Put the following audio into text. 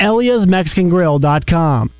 Elia'sMexicanGrill.com